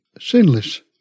sinless